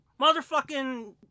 Motherfucking